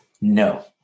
No